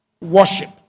worship